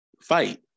fight